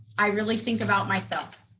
i really think about myself.